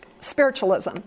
spiritualism